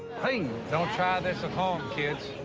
don't try this at home, kids.